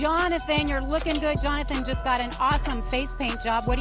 johnathan, you're looking good. johnathan just got an awesome face paint job. what do